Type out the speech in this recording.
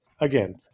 again